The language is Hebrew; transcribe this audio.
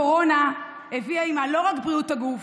הקורונה הביאה עימה לא רק בריאות הגוף,